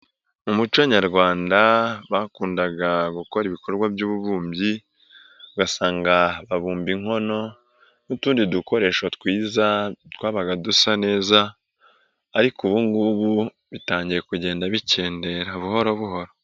Mu muco nyarwanda bakundaga gukora ibikorwa by'ububumbyi, ugasanga babumba inkono n'utundi dukoresho twiza twabaga dusa neza ariko ubu ngubu bitangiye kugenda bikendera buhoro buhoro.